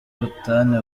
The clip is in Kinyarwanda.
ubutane